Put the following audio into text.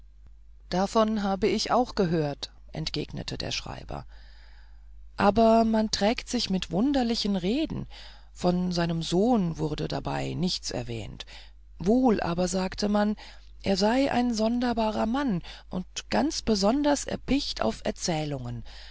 davon habe ich auch schon gehört entgegnete der schreiber aber man trägt sich mit wunderlichen reden von seinem sohn wurde dabei nichts erwähnt wohl aber sagte man er sei ein sonderbarer mann und ganz besonders erpicht auf erzählungen